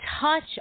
touch